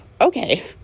okay